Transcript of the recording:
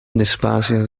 despacio